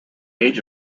age